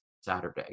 saturday